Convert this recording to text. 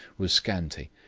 was scanty,